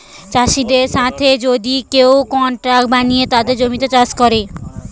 চাষিদের সাথে যদি কেউ কন্ট্রাক্ট বানিয়ে তাদের জমিতে চাষ করে